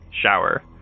shower